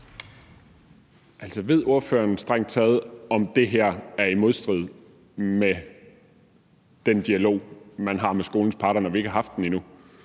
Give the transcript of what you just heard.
ved ordføreren strengt taget, om det her er i modstrid med den dialog, man har med skolens parter, når vi ikke haft den endnu?